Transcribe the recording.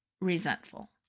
resentful